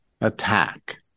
attack